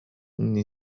مني